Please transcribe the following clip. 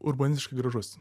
urbanistiškai gražus